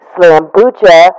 Slambucha